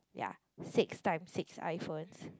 ya six times six iPhones